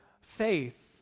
faith